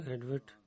Edward